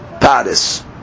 Paris